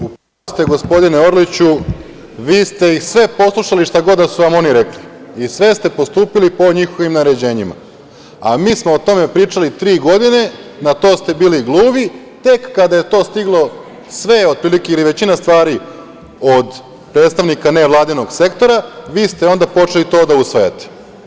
U pravu ste gospodine Orliću, vi ste ih sve poslušali šta god da su vam oni rekli i sve ste postupili po njihovim naređenjima, a mi smo o tome pričali tri godine, na to ste bili gluvi, tek kada je to stiglo, sve otprilike ili većina stvari od predstavnika nevladinog sektora, vi ste onda počeli to da usvajate.